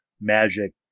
magic